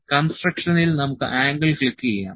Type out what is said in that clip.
കൺസ്ട്രക്ഷനിൽ നമുക്ക് ആംഗിൾ ക്ലിക്കുചെയ്യാം